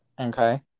okay